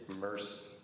mercy